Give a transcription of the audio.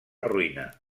ruïna